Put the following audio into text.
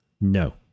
No